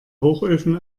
hochöfen